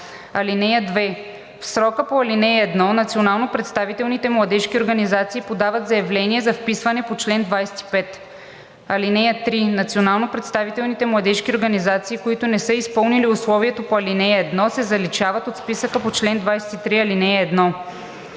закон. (2) В срока по ал. 1 национално представителните младежки организации подават заявление за вписване по чл. 25. (3) Национално представителните младежки организации, които не са изпълнили условието по ал. 1, се заличават от списъка по чл. 23, ал. 1.“